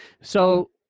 So-